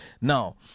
Now